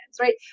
right